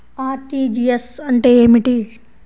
RTGS అంటే ఏమిటి?